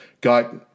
got